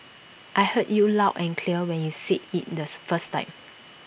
I heard you loud and clear when you said IT this first time